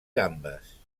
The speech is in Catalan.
gambes